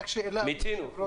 מיצינו.